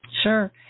Sure